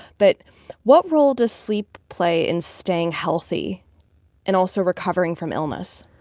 but what role does sleep play in staying healthy and also recovering from illness?